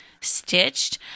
stitched